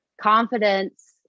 confidence